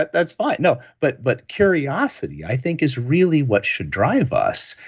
but that's fine. no, but but curiosity, i think, is really what should drive us,